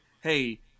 hey